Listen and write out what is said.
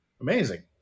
amazing